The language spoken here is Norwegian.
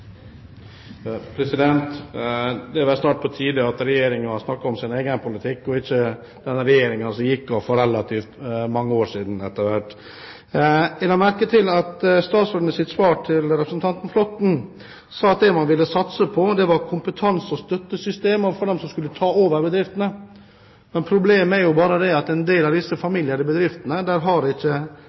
snart på tide at Regjeringen snakker om sin egen politikk og ikke om den regjeringen som gikk av for relativt mange år siden, etter hvert. Jeg la merke til at statsråden i sitt svar til representanten Flåtten sa at det man ville satse på, var kompetanse og støttesystemer for dem som skulle ta over bedriftene. Men problemet er bare det at en del av de familieeide bedriftene har ikke den neste generasjon råd til å ta over. Det